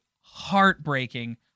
heartbreaking